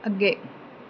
ਅੱਗੇ